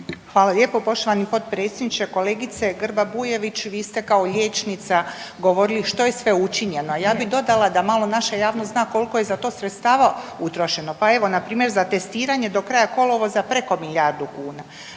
Hvala lijepa poštovani potpredsjedniče. Kolegice Grba-Bujević vi ste kao liječnica govorili što je sve učinjeno. Ja bih dodala da malo naša javnost zna koliko je za to sredstava utrošeno. Pa evo na primjer za testiranje do kraja kolovoza preko milijardu kuna.